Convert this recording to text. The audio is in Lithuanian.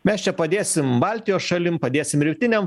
mes čia padėsim baltijos šalim padėsim rytiniam